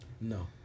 No